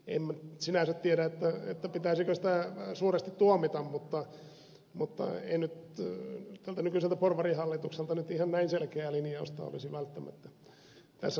en sinänsä tiedä pitäisikö sitä suuresti tuomita mutta en nyt tältä nykyiseltä porvarihallitukselta ihan näin selkeää linjausta olisi välttämättä tässä suhteessa odottanut